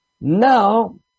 now